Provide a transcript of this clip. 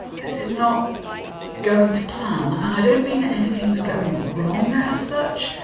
this is not going to plan. and i don't mean that anything's going wrong as such,